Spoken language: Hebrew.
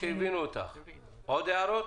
אחת העבירות